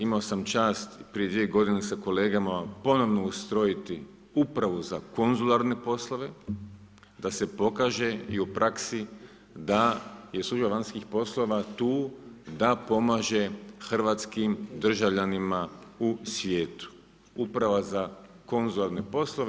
Imao sam čast prije 2 godine sa kolegama ponovno ustrojiti upravu za konzularne poslove da se pokaže i u praksi da je … vanjskih poslova tu da pomaže hrvatskim državljanima u svijetu, uprava za konzularne poslove.